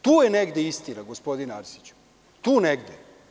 Tu je negde istina gospodine Arsiću, tu negde.